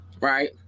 right